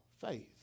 faith